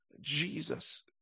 Jesus